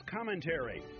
Commentary